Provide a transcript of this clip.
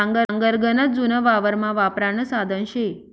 नांगर गनच जुनं वावरमा वापरानं साधन शे